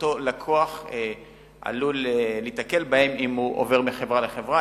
שאותו לקוח עלול להיתקל בהן אם הוא עובר מחברה לחברה,